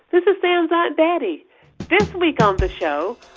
this is sam's aunt betty. this week on the show,